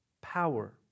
power